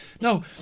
No